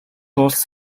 улс